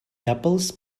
apples